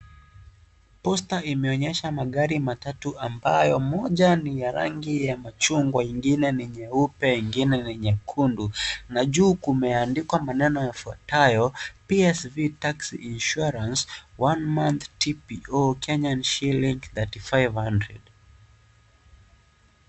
Posta imeonyesha magari matatu ambayo moja ni ya rangi ya machungwa , ingine ni nyeupe ingine ni nyekundu. Na juu kumeandikwa maneno ifuatayo PSV tax insurance one month TPO KSH 3500 .